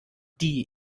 die